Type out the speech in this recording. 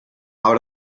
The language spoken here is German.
aber